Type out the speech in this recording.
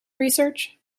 research